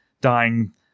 dying